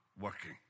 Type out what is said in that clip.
working